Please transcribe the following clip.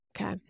Okay